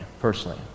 personally